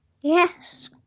Yes